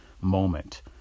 moment